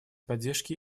поддержки